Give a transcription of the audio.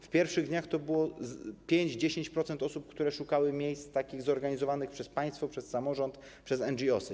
W pierwszych dniach to było 5-10% osób, które szukały miejsc zorganizowanych przez państwo, przez samorząd, przez NGOsy.